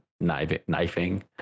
Knifing